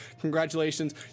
congratulations